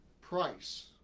price